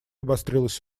обострилась